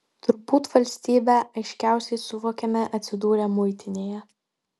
turbūt valstybę aiškiausiai suvokiame atsidūrę muitinėje